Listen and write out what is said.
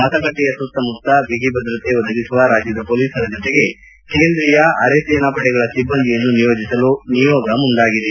ಮತಗಟ್ಟೆಯ ಸುತ್ತಮುತ್ತ ಬಿಗಿ ಭದ್ರತೆ ಒದಗಿಸುವ ರಾಜ್ಯದ ಪೊಲೀಸರ ಜೊತೆಗೆ ಕೇಂದ್ರಿಯ ಆರೆ ಸೇನಾಪಡೆಗಳ ಸಿಬ್ಬಂದಿಯನ್ನೂ ನಿಯೋಜಿಸಲು ನಿಯೋಗ ಮುಂದಾಗಿದೆ